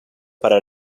para